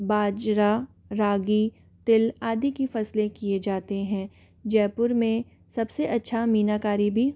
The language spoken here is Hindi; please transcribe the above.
बाजरा रागी तिल आदि की फसलें किये जाते हैं जयपुर मे सबसे अच्छा मीनाकारी भी